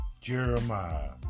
Jeremiah